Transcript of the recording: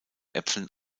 äpfeln